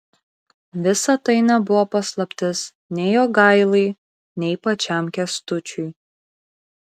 visa tai nebuvo paslaptis nei jogailai nei pačiam kęstučiui